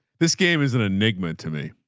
this game is an enigma to me.